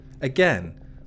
Again